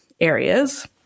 areas